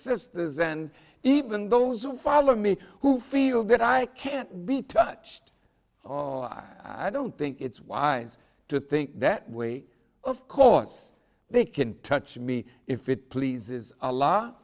sisters and even those who follow me who feel good i can't be touched or i don't think it's wise to think that way of course they can touch me if it pleases a law